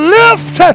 lift